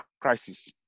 crisis